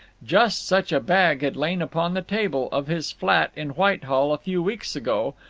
just such a bag had lain upon the table of his flat in whitehall a few weeks ago,